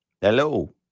Hello